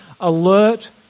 alert